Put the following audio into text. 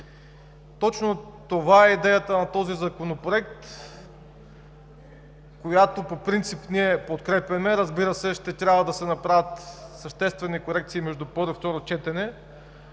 Точно това е идеята на този законопроект, който по принцип подкрепяме, но, разбира се, ще трябва да се направят съществени корекции между първо и второ четене,